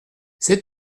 c’est